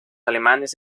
alemanes